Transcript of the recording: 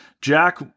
Jack